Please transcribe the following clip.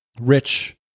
rich